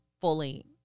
fully